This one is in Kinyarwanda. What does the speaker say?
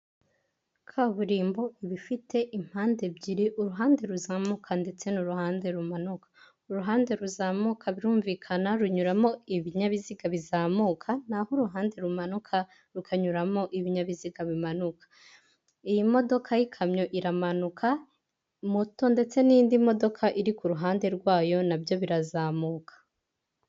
Kaburimbo iba ifite impande ebyiri, uruhande ruzamuka ndetse n'uruhande rumanuka. Uruhande ruzamuka birumvikana runyuramo ibinyabiziga bizamuka, naho uruhande rumanuka rukanyuramo ibinyabiziga bimanuka. Iyi modoka y'ikamyo iramanuka, moto ndetse n'indi modoka iri ku ruhande rwayo nabyo birazamuka.